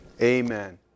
amen